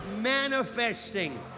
manifesting